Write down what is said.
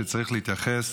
שצריך להתייחס